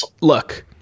look